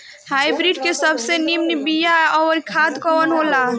Hybrid के सबसे नीमन बीया अउर खाद कवन हो ला?